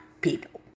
people